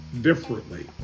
differently